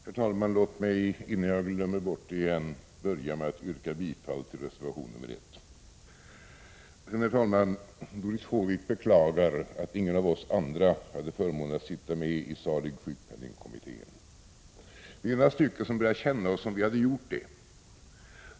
Herr talman! Låt mig, innan jag glömmer bort det, börja med att yrka bifall till reservation 1. Doris Håvik beklagar att ingen av oss andra hade förmånen att sitta med i salig sjukpenningkommittén. Vi är några som börjar känna oss som vi hade suttit med i den.